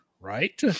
right